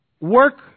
work